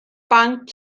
banc